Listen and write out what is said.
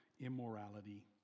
immorality